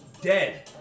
dead